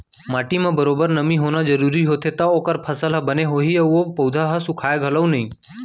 माटी म बरोबर नमी होना जरूरी होथे तव ओकर फसल ह बने होही अउ ओ पउधा ह सुखाय घलौ नई